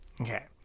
Okay